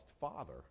father